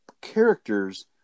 characters